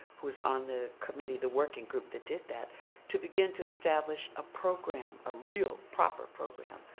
who is on the committee the working group that did that to begin to establish a program, a real proper program,